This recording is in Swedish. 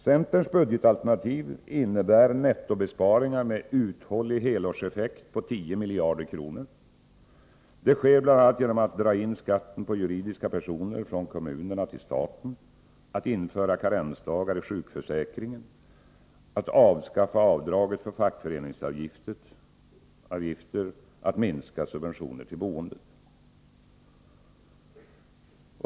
Centerns budgetalternativ innebär nettobesparingar med uthållig helårseffekt på 10 miljarder kronor. Det sker bl.a. genom att man drar in skatten på juridiska personer från kommunerna till staten, inför karensdagar i sjukförsäkringen, avskaffar avdraget för fackföreningsavgifter och minskar subventionerna till boendet.